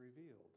revealed